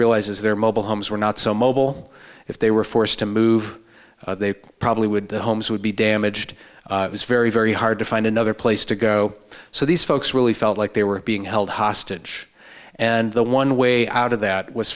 realize is there mobile homes were not so mobile if they were forced to move they probably would the homes would be damaged it was very very hard to find another place to go so these folks really felt like they were being held hostage and the one way out of that was